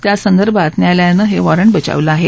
त्यासंदर्भात न्यायालयानं हे वॉरंट बजावलं आहे